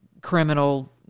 criminal